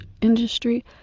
industry